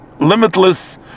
limitless